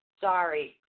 Sorry